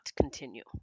continue